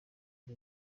ari